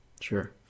sure